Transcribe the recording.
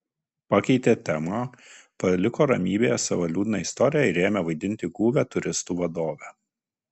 pakeitė temą paliko ramybėje savo liūdną istoriją ir ėmė vaidinti guvią turistų vadovę